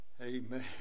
amen